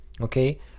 Okay